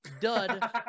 Dud